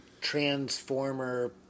Transformer